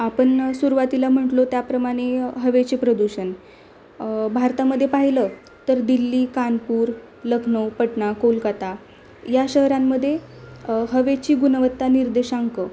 आपण सुरुवातीला म्हंटलो त्याप्रमाणे हवेचे प्रदूषण भारतामध्ये पाहिलं तर दिल्ली कानपूर लखनऊ पटना कोलकाता या शहरांमध्ये हवेची गुणवत्ता निर्देशांक